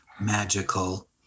Magical